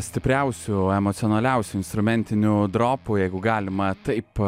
stipriausių emocionaliausių instrumentinių dropų jeigu galima taip